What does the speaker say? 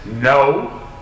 no